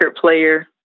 player